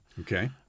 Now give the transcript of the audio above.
Okay